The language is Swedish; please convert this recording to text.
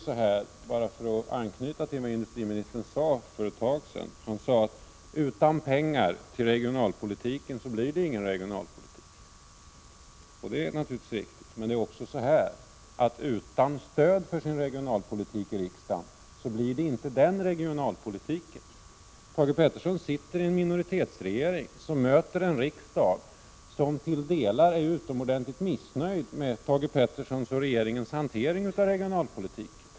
För att anknyta till vad industriministern sade för ett tag sedan: Utan pengar till regionalpolitiken blir det ingen regionalpolitik. Det är naturligtvis riktigt. Men utan stöd i riksdagen för sin regionalpolitik blir det inte den regionalpolitiken. Thage Peterson sitter i en minoritetsregering som möter en riksdag som till delar är utomordentligt missnöjd med Thage Petersons och regeringens hantering av regionalpolitiken.